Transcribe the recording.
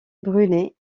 brunet